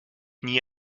nie